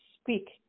speak